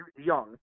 Young